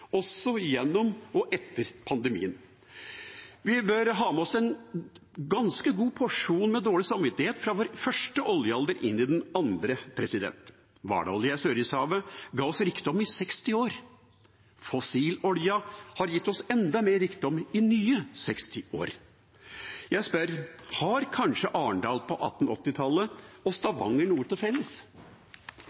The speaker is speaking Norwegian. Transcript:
også gjennom og etter pandemien. Vi bør ha med oss en ganske god porsjon med dårlig samvittighet fra vår første oljealder inn i den andre. Hvaloljen i Sørishavet ga oss rikdom i 60 år. Fossiloljen har gitt oss enda mer rikdom i nye 60 år. Jeg spør: Har kanskje Arendal på 1880-tallet og Stavanger noe til felles?